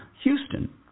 Houston